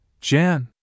Jan